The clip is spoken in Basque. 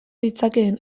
ditzakeen